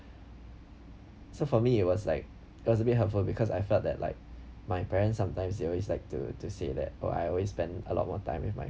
so for me it was like it was a bit hurtful because I felt that like my parents sometimes they always like to to say that oh I always spend a lot more time with my